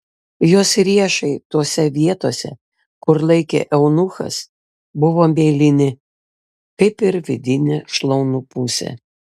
jos riešai tose vietose kur laikė eunuchas buvo mėlyni kaip ir vidinė šlaunų pusė